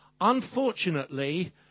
Unfortunately